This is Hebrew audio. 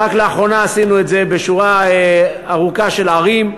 רק לאחרונה עשינו את זה בשורה ארוכה של ערים,